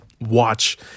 watch